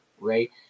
right